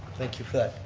thank you for that.